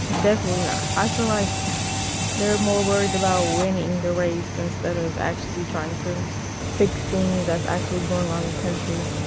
definitely not. i feel like they're more worried about winning the race instead of actually trying to fix things that's actually going on in the country.